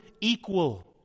equal